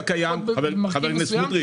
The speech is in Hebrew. חבר הכנסת סמוטריץ,